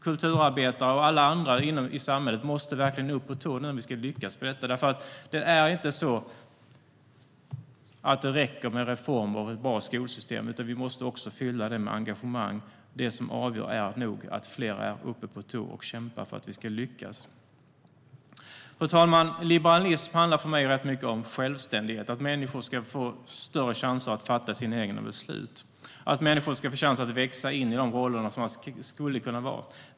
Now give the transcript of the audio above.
Kulturarbetare och alla andra i samhället måste verkligen upp på tå nu om vi ska lyckas med detta. Det räcker inte med reformer och ett bra skolsystem. Vi måste också fylla det med engagemang. Det som avgör är nog att fler är uppe på tå och kämpar för att vi ska lyckas. Fru talman! Liberalism handlar ganska mycket om självständighet för mig, om att människor ska få större chanser att fatta sina egna beslut, att människor ska få chans att växa in de roller som de skulle kunna ha.